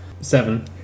Seven